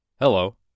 Hello